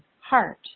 heart